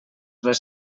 les